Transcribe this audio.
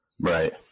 Right